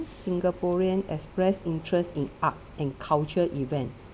singaporean expressed interest in art and culture event